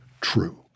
true